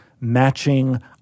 matching